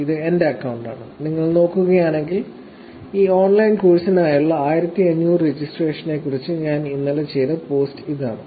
ഇത് എന്റെ അക്കൌണ്ടാണ് നിങ്ങൾ നോക്കുകയാണെങ്കിൽ ഈ ഓൺലൈൻ കോഴ്സിനായുള്ള 1500 രജിസ്ട്രേഷനുകളെക്കുറിച്ച് ഞാൻ ഇന്നലെ ചെയ്ത പോസ്റ്റ് ഇതാണ്